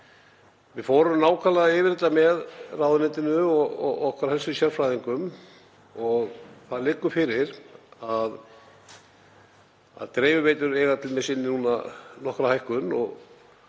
Við fórum nákvæmlega yfir þetta með ráðuneytinu og helstu sérfræðingum okkar og það liggur fyrir að dreifiveitur eiga t.d. inni núna nokkra hækkun og